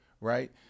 right